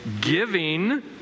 giving